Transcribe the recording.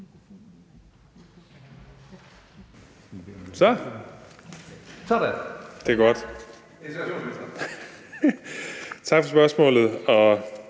Tak for spørgsmålet.